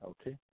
Okay